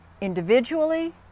Individually